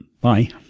Bye